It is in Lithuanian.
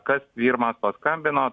kas pirmas paskambino